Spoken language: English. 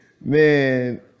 Man